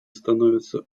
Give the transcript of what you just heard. становятся